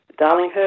Darlinghurst